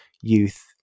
youth